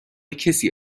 کسی